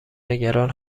نگران